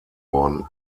worden